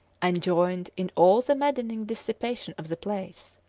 and joined in all the maddening dissipation of the place.